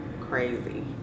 crazy